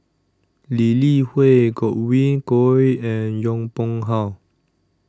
Lee Li Hui Godwin Koay and Yong Pung How